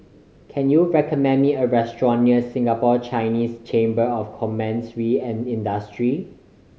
can you recommend me a restaurant near Singapore Chinese Chamber of Commerce and Industry